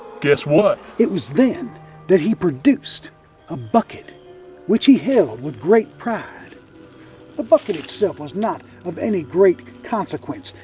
guess what? it was then that he produced a bucket which he held with great pride the bucket itself was not of any great consequence.